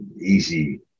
easy